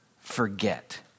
forget